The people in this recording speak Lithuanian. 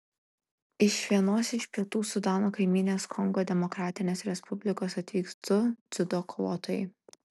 iš vienos iš pietų sudano kaimynės kongo demokratinės respublikos atvyks du dziudo kovotojai